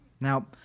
Now